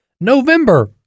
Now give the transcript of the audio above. November